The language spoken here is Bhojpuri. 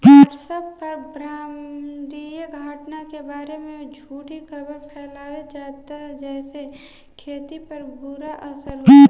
व्हाट्सएप पर ब्रह्माण्डीय घटना के बारे में झूठी खबर फैलावल जाता जेसे खेती पर बुरा असर होता